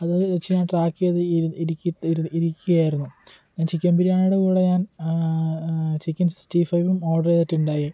അത് വച്ച് ഞാൻ ട്രാക്ക് ചെയ്ത് ഇരിക്കുകയായിരുന്നു ഞാൻ ചിക്കൻ ബിരിയാണിയുടെ കൂടെ ഞാൻ ചിക്കൻ സിക്സ്റ്റി ഫൈവും ഓർഡർ ചെയ്തിട്ടുണ്ടായിരുന്നു